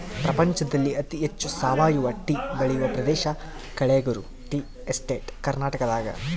ಪ್ರಪಂಚದಲ್ಲಿ ಅತಿ ಹೆಚ್ಚು ಸಾವಯವ ಟೀ ಬೆಳೆಯುವ ಪ್ರದೇಶ ಕಳೆಗುರು ಟೀ ಎಸ್ಟೇಟ್ ಕರ್ನಾಟಕದಾಗದ